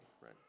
right